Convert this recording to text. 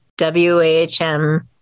WHM